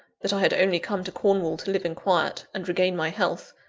that i had only come to cornwall to live in quiet, and regain my health,